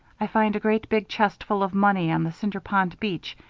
i find a great big chest full of money on the cinder pond beach,